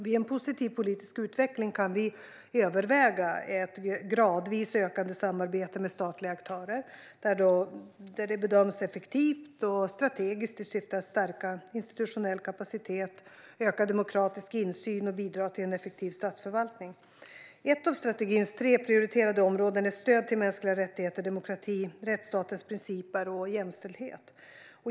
Vid en positiv politisk utveckling kan vi överväga ett gradvis ökande samarbete med statliga aktörer där det bedöms effektivt och strategiskt i syfte att stärka institutionell kapacitet och ökad demokratisk insyn liksom att bidra till en effektiv statsförvaltning. Ett av strategins tre prioriterade områden är stöd till mänskliga rättigheter, demokrati, rättsstatens principer och jämställdhet.